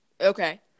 Okay